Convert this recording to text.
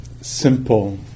simple